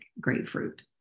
grapefruit